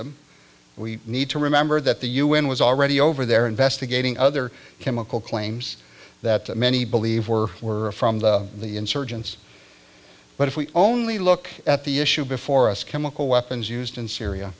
them we need to remember that the u n was already over there investigating other chemical claims that many believe were were from the insurgents but if we only look at the issue before us chemical weapons used in syria